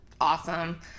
Awesome